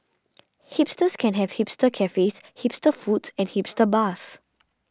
hipsters can have hipster cafes hipster foods and hipster bars